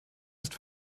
ist